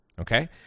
okay